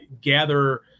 gather